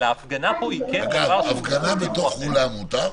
אגב, הפגנה בתוך אולם מותר?